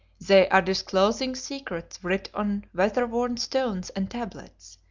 they are disclosing secrets writ on weather-worn stones and tablets,